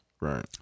Right